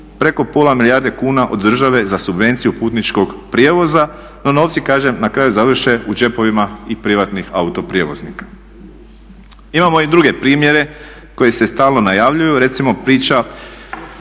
preko pola milijarde kuna od države za subvenciju putničkog prijevoza. No novci kažem na kraju završe u džepovima i privatnih autoprijevoznika. Imamo i druge primjere koji se stalno najavljuju. Recimo priča